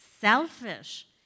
selfish